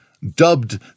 Dubbed